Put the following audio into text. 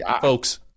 folks